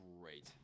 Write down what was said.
great